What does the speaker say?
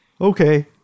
okay